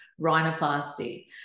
rhinoplasty